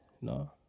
No